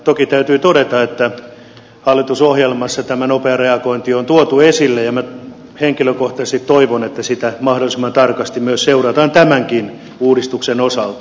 toki täytyy todeta että hallitusohjelmassa tämä nopea reagointi on tuotu esille ja minä henkilökohtaisesti toivon että sitä mahdollisimman tarkasti myös seurataan tämänkin uudistuksen osalta